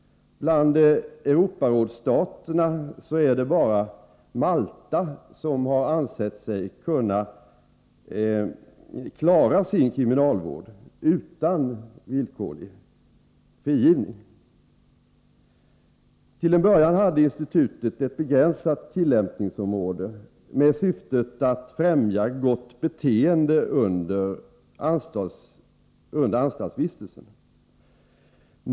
Bland Europarådsstaterna är det bara Malta som har ansett sig kunna klara sin kriminalvård utan villkorlig frigivning. Till en början hade institutet ett begränsat tillämpningsområde. Syftet härmed var att främja gott beteende under anstaltsvistelsen.